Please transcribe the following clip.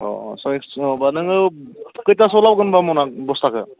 अ अ नङाबा नोङो खैथासोआव लाबोगोन होमबा बस्थाखौ